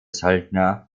söldner